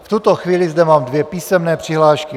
V tuto chvíli zde mám dvě písemné přihlášky.